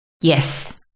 Yes